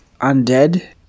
undead